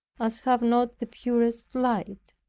as have not the purest light.